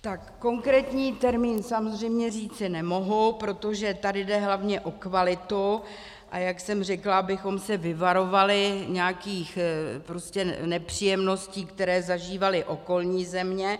Tak konkrétní termín samozřejmě říci nemohu, protože tady jde hlavně o kvalitu, a jak jsem řekla, abychom se vyvarovali nějakých prostě nepříjemností, které zažívaly okolní země.